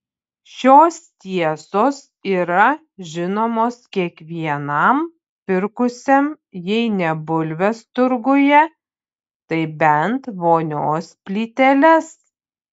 šios tiesos yra žinomos kiekvienam pirkusiam jei ne bulves turguje tai bent vonios plyteles